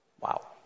Wow